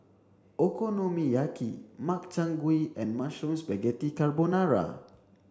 Okonomiyaki Makchang Gui and Mushroom Spaghetti Carbonara